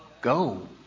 Go